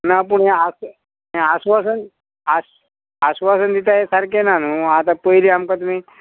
ना पूण हे आस हें आस्वासन आस आस्वासन दिता हें सारकें ना न्हू आतां पयलीं आमकां तुमी